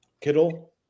Kittle